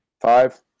Five